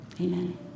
Amen